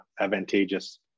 advantageous